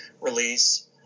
release